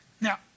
Now